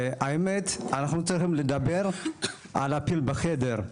האמת, אנחנו צריכים לדבר על הפיל בחדר,